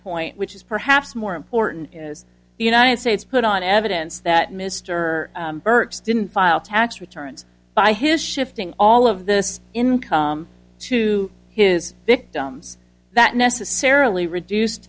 point which is perhaps more important is the united states put on evidence that mr burke's didn't file tax returns by his shifting all of this income to his victims that necessarily reduced